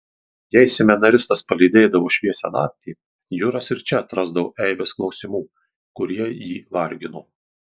jei seminaristas palydėdavo šviesią naktį juras ir čia atrasdavo eibes klausimų kurie jį vargino